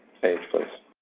page, please.